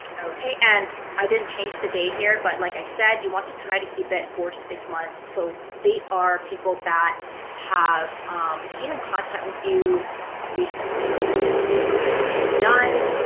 and i didn't change the day here but like i said, you want to try to keep it four to six months so they are people that have came in contact with you recently, let's just say. okay, click done.